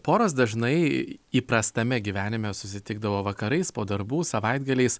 poros dažnai įprastame gyvenime susitikdavo vakarais po darbų savaitgaliais